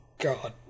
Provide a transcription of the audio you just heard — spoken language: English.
god